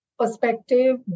perspective